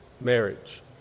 marriage